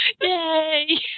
Yay